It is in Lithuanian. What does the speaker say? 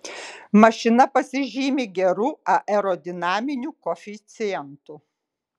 mašina pasižymi geru aerodinaminiu koeficientu